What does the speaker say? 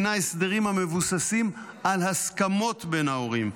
הסדרים המבוססים על ההסכמות בין ההורים,